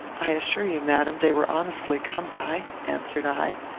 i assure you, madam, they were honestly come by, answered i,